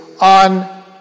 on